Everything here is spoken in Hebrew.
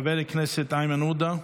חבר הכנסת איימן עודה,